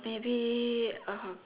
maybe uh